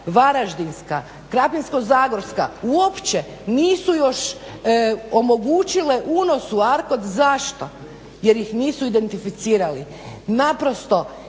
Varaždinska, Krapinsko-zagorska uopće nisu još omogućile unos u ARKOD, zašto, jer ih nisu identificirali. Naprosto